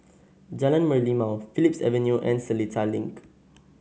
Jalan Merlimau Phillips Avenue and Seletar Link